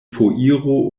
foiro